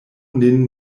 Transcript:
nin